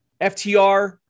FTR